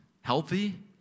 healthy